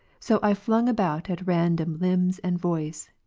so i flung about at random limbs and voice,